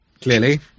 clearly